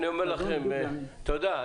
תודה.